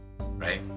Right